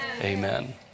Amen